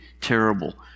terrible